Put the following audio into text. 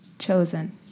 Chosen